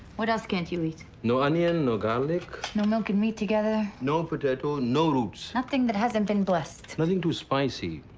what else can't you eat? no onion, no garlic. no milk and meat together. no potato, no roots. nothing that hasn't been blessed. nothing too spicy.